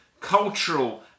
cultural